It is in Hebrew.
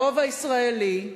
הרוב הישראלי,